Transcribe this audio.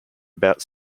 about